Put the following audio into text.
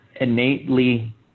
innately